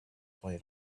twenty